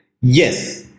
Yes